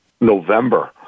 November